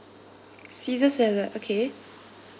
caesar salad okay